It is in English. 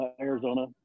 Arizona